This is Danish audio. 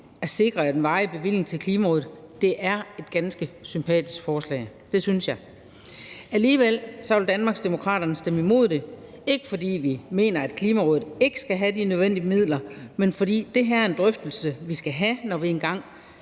at sikre en varig bevilling til Klimarådet er et ganske sympatisk forslag. Det synes jeg. Alligevel vil Danmarksdemokraterne stemme imod det, ikke fordi vi mener, at Klimarådet ikke skal have de nødvendige midler, men fordi det her er en drøftelse, vi skal have, når vi engang